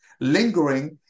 lingering